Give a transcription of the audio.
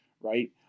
right